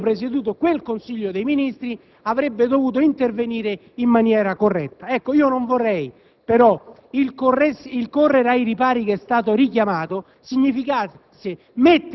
perché avendo presieduto quel Consiglio dei ministri avrebbe dovuto intervenire in maniera corretta. Non vorrei però che la corsa ai ripari che è stata evocata significasse